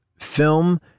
film